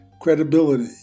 credibility